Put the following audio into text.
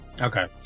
Okay